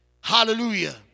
hallelujah